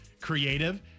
creative